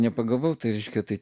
nepagavau tai reiškia tai